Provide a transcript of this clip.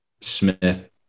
Smith